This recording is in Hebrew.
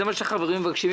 זה מה שחברים מבקשים.